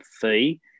fee